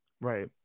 Right